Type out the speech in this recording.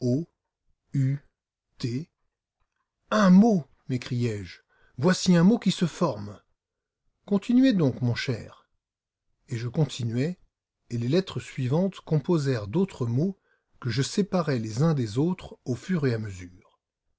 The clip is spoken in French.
un mot m'écriai-je voici un mot qui se forme continuez donc mon cher et je continuai et les lettres suivantes composèrent d'autres mots que je séparais les uns des autres au fur et à mesure